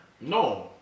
No